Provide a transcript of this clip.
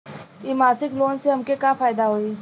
इ मासिक लोन से हमके का फायदा होई?